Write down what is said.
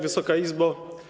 Wysoka Izbo!